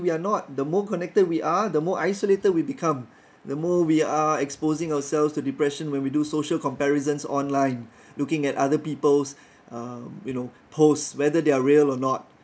we are not the more connected we are the more isolated we become the more we are exposing ourselves to depression when we do social comparisons online looking at other people's uh you know post whether they're real or not